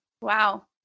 Wow